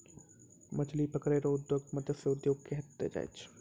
मछली पकड़ै रो उद्योग के मतस्य उद्योग कहलो जाय छै